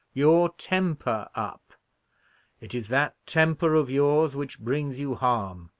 your temper up it is that temper of yours which brings you harm.